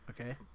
Okay